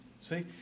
See